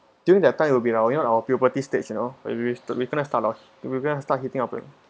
during that time it will be our you know our puberty stage you know when we reach we going to to start our we going to start heating up you know